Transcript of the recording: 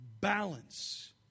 balance